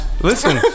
Listen